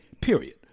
Period